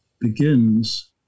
begins